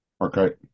Okay